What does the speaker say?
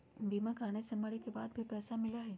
बीमा कराने से मरे के बाद भी पईसा मिलहई?